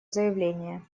заявление